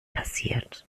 passiert